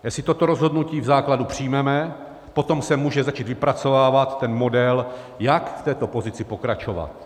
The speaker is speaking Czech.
A jestli toto rozhodnutí v základu přijmeme, potom se může začít vypracovávat ten model, jak v této pozici pokračovat.